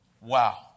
wow